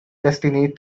destiny